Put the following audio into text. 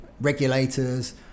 regulators